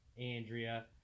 Andrea